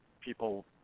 people